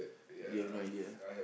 you have no idea